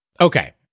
Okay